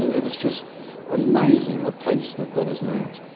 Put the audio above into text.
it's just amazing the pace that that has moved.